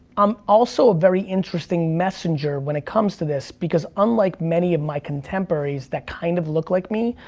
i'm also a very interesting messenger when it comes to this because unlike many of my contemporaries that kind of look like me,